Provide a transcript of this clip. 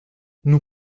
nous